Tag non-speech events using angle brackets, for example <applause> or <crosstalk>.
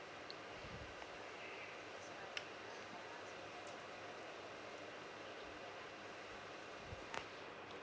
<breath>